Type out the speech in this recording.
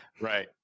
right